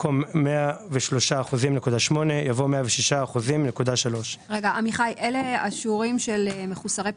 במקום "103.8%" יבוא "106.3%";" אלה השיעורים של מחוסרי פרנסה.